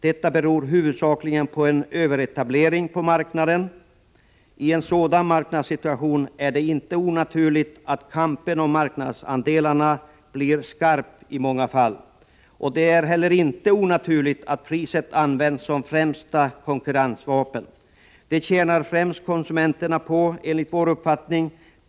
Detta beror huvudsakligen på en överetablering på marknaden. I en sådan marknadssituation är det inte onaturligt att kampen om marknadsandelarna i många fall blir skarp. Det är heller inte onaturligt att priset används som främsta konkurrensvapen. Det tjänar främst konsumenterna på, enligt vår uppfattning.